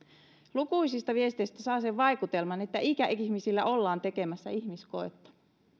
lukuisista viesteistä saa sen vaikutelman että ikäihmisillä ollaan tekemässä ihmiskoetta